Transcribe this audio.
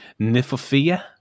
Nifafia